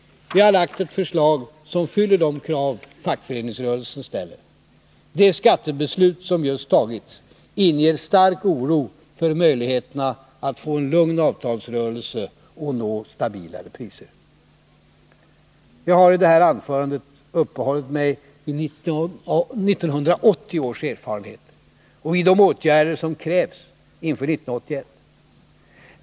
Vi har lagt ett förslag som fyller de krav fackföreningsrörelsen ställer. Det skattebeslut som just fattats, inger starka farhågor beträffande möjligheterna att få en lugn avtalsrörelse och nå stabilare priser. Jag har i detta anförande uppehållit mig vid 1980 års erfarenheter, och vid de åtgärder som krävs inför 1981.